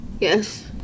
Yes